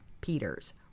Peters